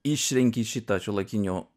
išrenki šitą šiuolaikinio